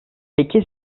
peki